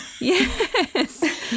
Yes